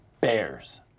Bears